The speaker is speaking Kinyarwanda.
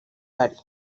ali